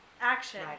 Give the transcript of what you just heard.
action